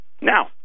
Now